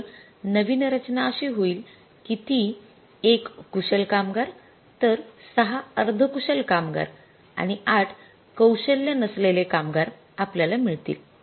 तर नवीन रचना अशी होईल की ती १ कुशल कामगार तर 6 अर्ध कुशल कामगार आणि 8 कौशल्य नसलेले कामगार आपल्याला मिळतील